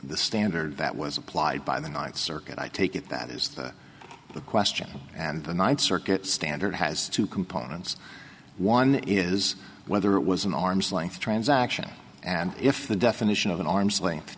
the standard that was applied by the ninth circuit i take it that is the question and the ninth circuit standard has two components one is whether it was an arm's length transaction and if the definition of an arm's length